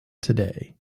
today